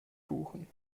buchen